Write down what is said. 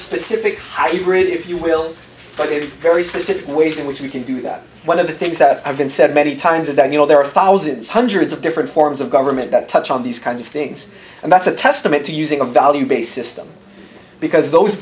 hybrid if you will but a very specific ways in which you can do that one of the things that have been said many times is that you know there are thousands hundreds of different forms of government that touch on these kinds of things and that's a testament to using a value based system because those